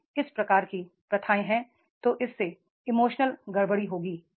यदि इस प्रकार की प्रथाएँ हैं तो इससे इमोशनल गड़बड़ी होगी